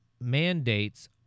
mandates